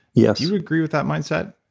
yeah do you agree with that mindset?